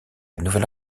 nouvelle